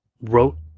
wrote